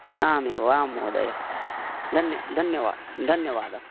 आम् एवम् आं महोदय धन्य धन्यवा धन्यवादः